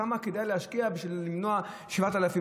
כמה כדאי להשקיע בשביל למנוע 7,000 הרוגים?